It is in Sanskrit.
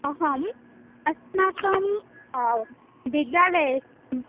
अहम् अस्माकं विद्यालये